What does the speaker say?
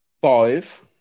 Five